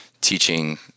teaching